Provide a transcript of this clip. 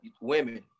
Women